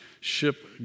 ship